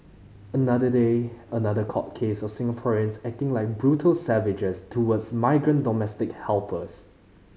another day another court case of Singaporeans acting like brutal savages towards migrant domestic helpers